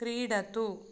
क्रीडतु